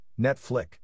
netflix